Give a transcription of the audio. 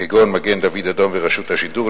כגון מגן-דוד-אדום ורשות השידור,